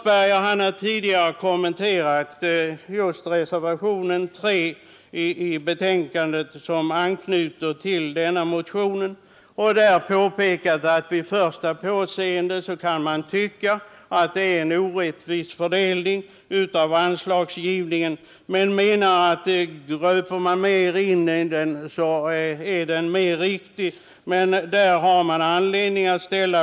Herr Mossberger kommenterade tidigare reservationen 3, som anknyter till denna motion. Han sade att man vid första påseendet kan tycka att anslaget är orättvist fördelat men förklarade att om man sätter sig bättre in i ärendet skall man finna att fördelningen är riktig.